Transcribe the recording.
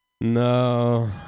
No